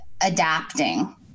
adapting